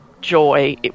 joy